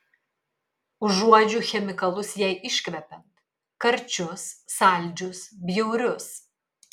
užuodžiu chemikalus jai iškvepiant karčius saldžius bjaurius